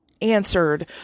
answered